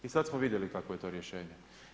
I sad smo vidjeli kakvo je to rješenje.